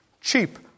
cheap